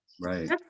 Right